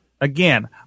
Again